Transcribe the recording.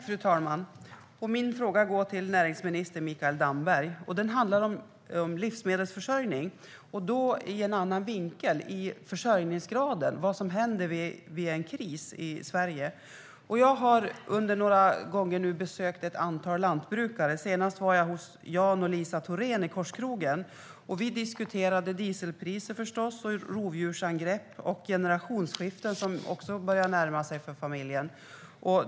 Fru talman! Min fråga går till näringsminister Mikael Damberg. Den handlar om livsmedelsförsörjning, men i en annan vinkel, nämligen försörjningsgraden - vad som händer vid en kris i Sverige. Jag har besökt ett antal lantbrukare. Senast var jag hos Jan och Lisa Thorén i Korskrogen. Vi diskuterade dieselpriser, förstås, rovdjursangrepp och generationsskifte, som börjar närma sig för familjen.